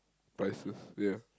priceless ya